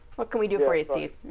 what can we do for you, steve?